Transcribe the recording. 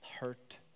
hurt